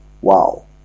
Wow